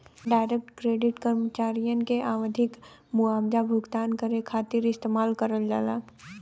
direct credit कर्मचारियन के आवधिक मुआवजा भुगतान करे खातिर इस्तेमाल करल जाला